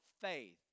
faith